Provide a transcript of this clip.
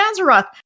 Azeroth